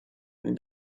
and